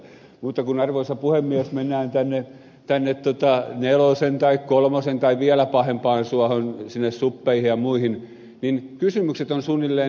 mutta kun arvoisa puhemies mennään tänne nelosen tai kolmosen tai vielä pahempaan suohon sinne subbeihin ja muihin niin kysymykset ovat suunnilleen tällaisia